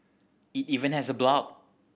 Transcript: it even has a blog